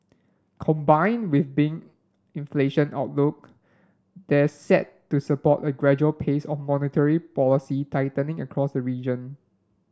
combined with been inflation outlook that's set to support a gradual pace of monetary policy tightening across the region